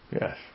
Yes